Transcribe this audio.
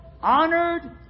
honored